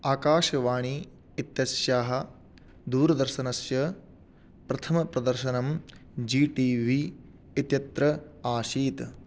आकाशवाणी इत्यस्याः दूरदर्शनस्य प्रथमप्रदर्शनं जी टी वी इत्यत्र आसीत्